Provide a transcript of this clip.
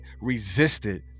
resisted